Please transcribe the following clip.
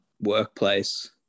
workplace